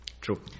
True